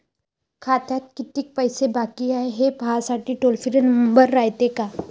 खात्यात कितीक पैसे बाकी हाय, हे पाहासाठी टोल फ्री नंबर रायते का?